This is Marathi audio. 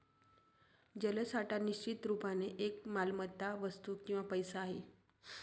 जलसाठा निश्चित रुपाने एक मालमत्ता, वस्तू किंवा पैसा आहे